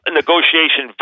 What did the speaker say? negotiation